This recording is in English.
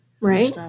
Right